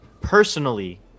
personally